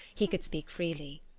he could speak freely.